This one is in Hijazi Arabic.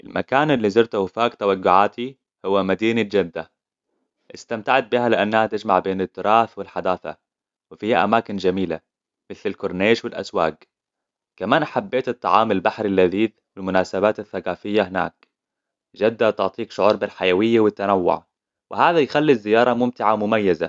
المكان اللي زرته و فاق توقعاتي هو مدينة جدة. إستمتعت بها لأنها تجمع بين التراث والحداثة. وفيها أماكن جميلة مثل الكورنيش والأسواق. كمان حبيت الطعام البحري اللذيذ والمناسبات الثقافية هناك. جدة تعطيك شعور بالحيوية والتنوع. وهذا يخلي الزيارة ممتعة مميزة.